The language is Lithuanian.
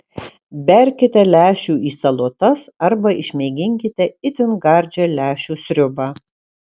berkite lęšių į salotas arba išmėginkite itin gardžią lęšių sriubą